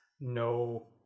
no